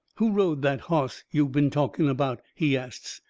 who rode that hoss yo' been talking about? he asts.